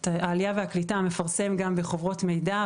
העלייה והקליטה מפרסם גם בחוברות מידע,